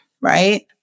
right